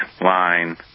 line